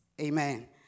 Amen